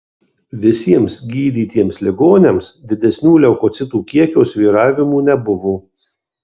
visiems gydytiems ligoniams didesnių leukocitų kiekio svyravimų nebuvo